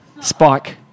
Spike